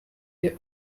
they